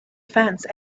fence